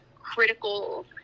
critical